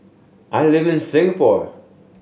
I live in Singapore